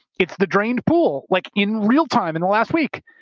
it's the drained pool, like in real time in the last week.